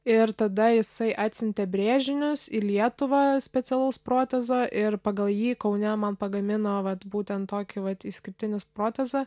ir tada jisai atsiuntė brėžinius į lietuvą specialaus protezo ir pagal jį kaune man pagamino vat būtent tokį vat išskirtinį protezą